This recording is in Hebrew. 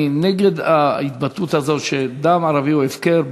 אני נגד ההתבטאות הזאת שדם ערבי הוא הפקר.